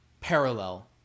parallel